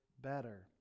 better